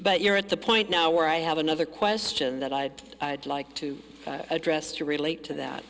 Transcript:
but you're at the point now where i have another question that i'd like to address to relate to that